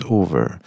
over